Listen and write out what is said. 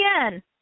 again